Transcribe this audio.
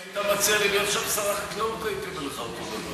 גם אם היית מציע לי להיות שר החקלאות הייתי אומר לך אותו הדבר.